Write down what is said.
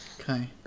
Okay